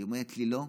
היא אומרת לי: לא.